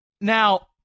Now